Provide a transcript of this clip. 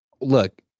Look